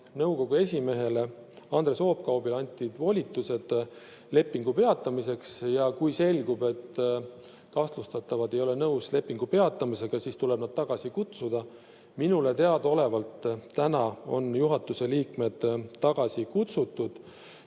nõukogu esimehele Andres Oopkaubale anti volitused lepingute peatamiseks. Ja kui selgub, et kahtlustatavad ei ole lepingu peatamisega nõus, siis tuleb nad tagasi kutsuda. Minule teadaolevalt on juhatuse liikmed tagasi kutsutud.